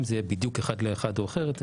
אם זה יהיה בדיוק אחד לאחד או אחרת?